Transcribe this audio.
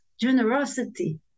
generosity